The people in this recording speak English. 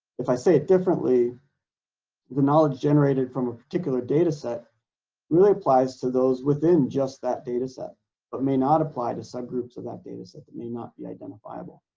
if i say differently the knowledge generated from a particular data set really applies to those within just that data set but may not apply to subgroups of that data set that may not be identifiable.